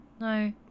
No